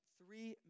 three